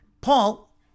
Paul